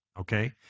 okay